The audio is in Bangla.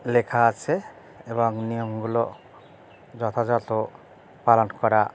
লেখা আছে এবং নিয়মগুলো যথাযথ পালন করা